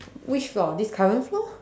which floor this current floor